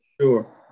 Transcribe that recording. sure